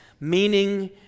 Meaning